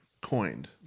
Coined